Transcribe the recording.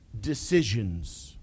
decisions